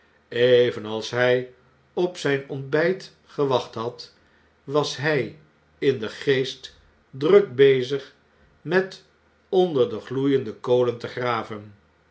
evenals hjj op zijn ontbijt gewacht had was hn in den geest druk bezig met onder de gloeiende kolen te graven